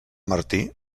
martí